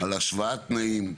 על השוואת תנאים,